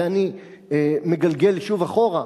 ואני מגלגל שוב אחורה,